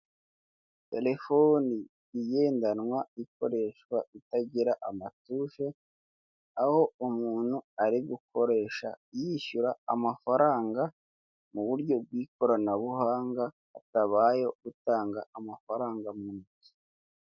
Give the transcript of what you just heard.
Telefoni igendanwa, ikoreshwa itagira amatushe, aho umuntu ari gukoresha yishyura amafaranga mu buryo bw'ikoranabuhanga, hatabayeho gutanga amafaranga mu ntoki.